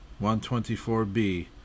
124b